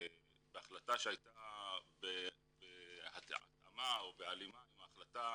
בהחלטה שהייתה בהתאמה או בהלימה עם ההחלטה